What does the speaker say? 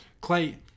Clay